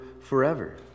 forever